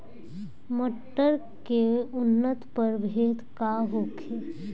मटर के उन्नत प्रभेद का होखे?